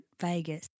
Vegas